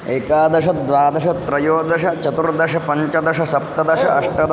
एकादश द्वादश त्रयोदश चतुर्दश पञ्चदश सप्तदश अष्टादश